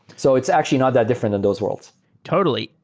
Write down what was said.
so it's actually not that different than those worlds totally.